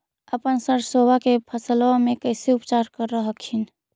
अपन सरसो के फसल्बा मे कैसे उपचार कर हखिन?